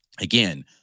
again